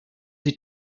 sie